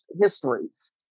histories